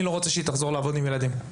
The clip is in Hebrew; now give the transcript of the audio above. אני לא רוצה שהיא תחזור לעבוד עם ילדים.